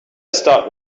start